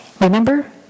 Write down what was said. Remember